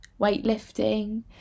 weightlifting